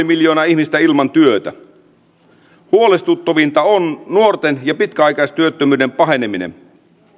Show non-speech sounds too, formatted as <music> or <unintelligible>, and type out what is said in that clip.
<unintelligible> miljoonaa ihmistä ilman työtä huolestuttavinta on nuorten työttömyyden ja pitkäaikaistyöttömyyden paheneminen